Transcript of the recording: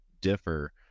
differ